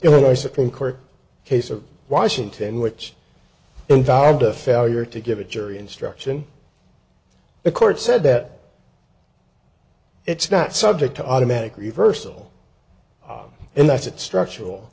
illinois supreme court case of washington which involved a failure to give a jury instruction the court said that it's not subject to automatic reversal and that structural